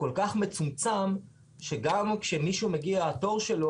כל כך מצומצם שגם כשמישהו מגיע התור שלו,